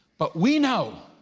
but we know,